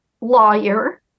lawyer